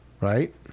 Right